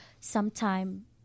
sometime